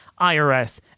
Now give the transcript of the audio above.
IRS